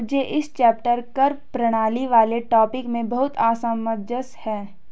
मुझे इस चैप्टर कर प्रणाली वाले टॉपिक में बहुत असमंजस है